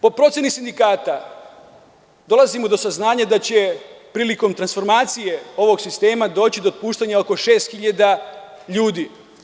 Po proceni sindikata dolazimo do saznanje da će prilikom transformacije ovog sistema doći do otpuštanja oko 6.000 ljudi.